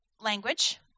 language